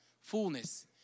fullness